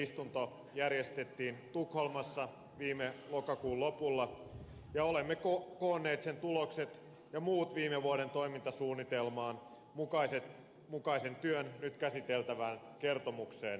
istunto järjestettiin tukholmassa viime lokakuun lopulla ja olemme koonneet sen tulokset ja muun viime vuoden toimintasuunnitelman mukaisen työn nyt käsiteltävään kertomukseen